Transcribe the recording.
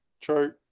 True